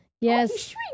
Yes